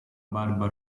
barba